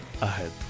ahead